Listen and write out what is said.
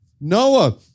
Noah